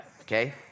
Okay